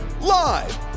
Live